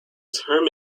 term